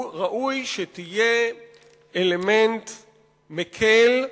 ראוי שתהיה אלמנט מקל,